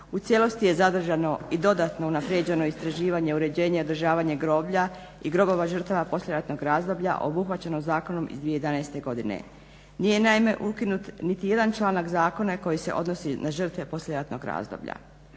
u cijelosti je zadržano i dodatno unaprijeđeno istraživanje, uređenje i održavanje groblja i grobova žrtava poslijeratnog razdoblja obuhvaćeno zakonom iz 2011. godine. Nije naime ukinut niti jedan članak zakona koji se odnosi na žrtve poslijeratnog razdoblja.